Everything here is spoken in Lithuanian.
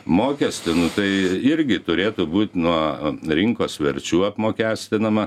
mokestį tai irgi turėtų būt nuo rinkos verčių apmokestinama